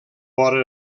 vora